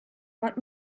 want